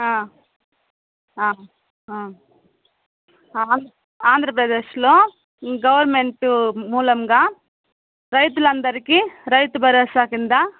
ఆం ఆంధ్రప్రదేశ్లో గవర్నమెంట్ మూలంగా రైతులు అందరికి రైతు భరోసా కింద